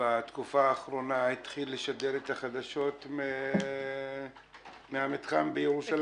התחיל לשדר חדשות מן המתחם בירושלים.